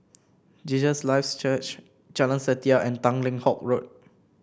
Jesus Lives Church Jalan Setia and Tanglin Halt Road